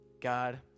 God